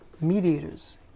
mediators